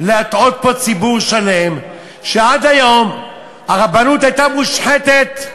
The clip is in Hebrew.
להטעות פה ציבור שלם שעד היום הרבנות הייתה מושחתת: